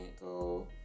go